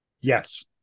Yes